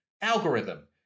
algorithm